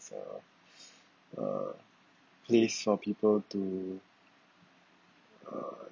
uh uh place for people to uh